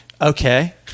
Okay